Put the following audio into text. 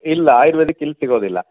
ಇಲ್ಲ ಆಯುರ್ವೇದಿಕ್ ಇಲ್ಲಿ ಸಿಗೋದಿಲ್ಲ